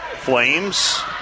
Flames